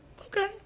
okay